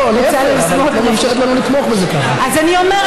לא, להפך, אבל את לא מאפשרת לנו לתמוך בזה כך.